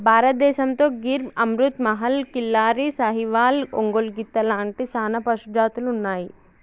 భారతదేసంతో గిర్ అమృత్ మహల్, కిల్లారి, సాహివాల్, ఒంగోలు గిత్త లాంటి సానా పశుజాతులు ఉన్నాయి